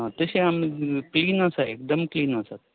आं तशें आमी क्लीन आसाय एकदम क्लीन आसात